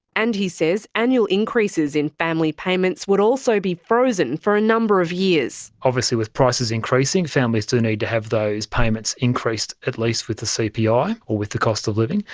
and he says annual increases in family payments would also be frozen for a number of years. obviously with prices increasing, families do need to have those payments increased at least with the cpi or with the cost of living.